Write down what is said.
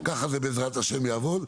ככה זה בעזרת השם יעבור,